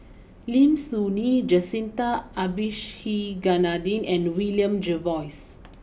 Lim Soo Ngee Jacintha Abisheganaden and William Jervois